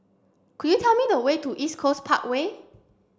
could you tell me the way to East Coast Parkway